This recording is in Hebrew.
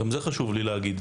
גם את זה חשוב לי להגיד.